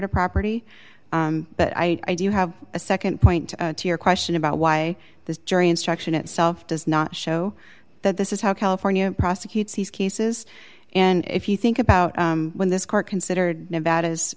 to property but i do have a nd point to your question about why the jury instruction itself does not show that this is how california prosecute cases and if you think about when this court considered nevada's